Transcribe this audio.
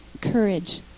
courage